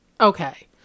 okay